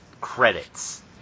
credits